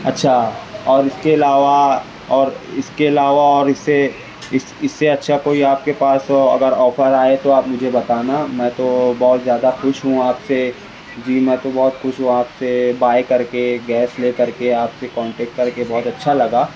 اچھا اور اس کے علاوہ اور اس کے علاوہ اور اس سے اس سے اچھا کوئی آپ کے پاس اگر آفر آئے تو آپ مجھے بتانا میں تو بہت زیادہ خوش ہوں آپ سے جی میں تو بہت خوش ہوں آپ سے بائی کر کے گیس لے کر کے آپ سے کنٹیکٹ کر کے بہت اچھا لگا